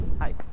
hi